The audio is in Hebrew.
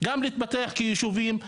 גם להתפתח כישובים,